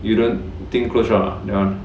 you don't think close shop or not that [one]